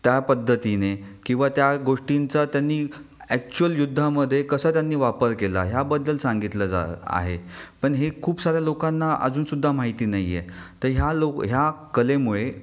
त्या पद्धतीने किंवा त्या गोष्टींचा त्यांनी ॲच्चुअल युद्धामध्ये कसा त्यांनी वापर केला ह्याबद्दल सांगितलं जा आहे पण हे खूप साऱ्या लोकांना अजूनसुद्धा माहिती नाही आहे तर ह्या लो ह्या कलेमुळे